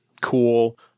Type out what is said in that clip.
cool